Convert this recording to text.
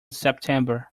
september